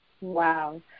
Wow